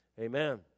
amen